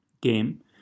game